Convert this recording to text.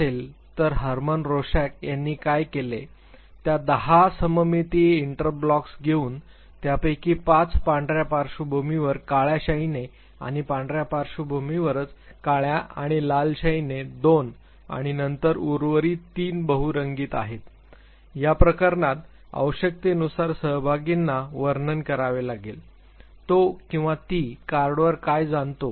तर Hermann Rorschach यांनी काय केले त्या दहा सममितीय इंकब्लॉट्स घेऊन त्यापैकी पाच पांढऱ्या पार्श्वभूमीवर काळ्या शाईने आणि पांढर्या पार्श्वभूमीवरच काळ्या आणि लाल शाईने दोन आणि नंतर उर्वरित तीन बहु रंगीत आहेत या प्रकरणात आवश्यकतेनुसार सहभागींना वर्णन करावे लागेल तो किंवा ती कार्डवर काय जाणतो